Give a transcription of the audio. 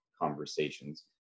conversations